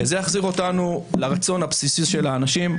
זה יחזיר אותנו לרצון הבסיסי של האנשים.